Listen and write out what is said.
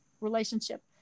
relationship